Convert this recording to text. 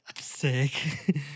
sick